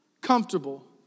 comfortable